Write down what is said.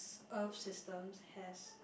earth systems has